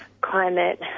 climate